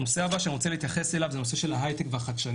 הנושא הבא שאני רוצה להתייחס אליו זה נושא ההייטק והחדשנות.